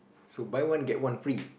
so buy one get one free